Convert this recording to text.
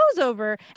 over